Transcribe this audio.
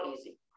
easy